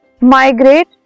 migrate